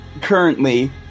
currently